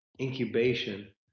incubation